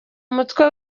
mumutwe